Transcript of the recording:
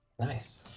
Nice